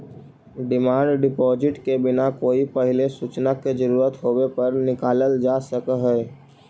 demand deposit के बिना कोई पहिले सूचना के जरूरत होवे पर निकालल जा सकऽ हई